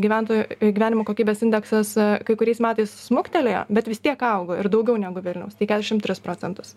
gyventojų gyvenimo kokybės indeksas kai kuriais metais smuktelėjo bet vis tiek augo ir daugiau negu vilniaus tai keturiasdešim tris procentus